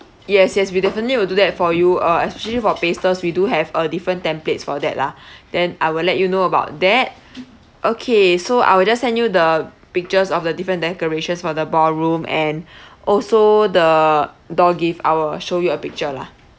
yes yes we definitely will do that for you uh actually for pastels we do have uh different templates for that lah then I will let you know about that okay so I will just send you the pictures of the different decorations for the ballroom and also the door gift I will show you a picture lah